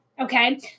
okay